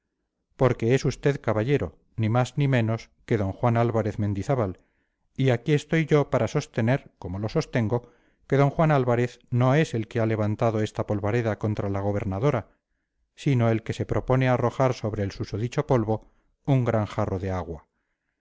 porque es usted caballero ni más ni menos que d juan álvarez mendizábal y aquí estoy yo para sostener como lo sostengo que d juan álvarez no es el que ha levantado esta polvareda contra la gobernadora sino el que se propone arrojar sobre el susodicho polvo un gran jarro de agua